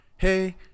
Hey